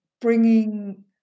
bringing